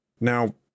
Now